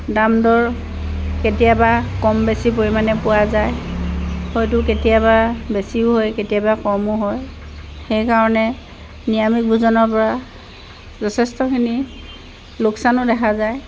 দাম দৰ কেতিয়াবা কম বেছি পৰিমাণে পোৱা যায় হয়তো কেতিয়াবা বেছিও হয় কেতিয়াবা কমো হয় সেইকাৰণে নিৰামিষ ভোজনৰ পৰা যথেষ্টখিনি লোকচানো দেখা যায়